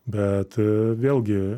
bet vėlgi